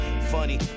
funny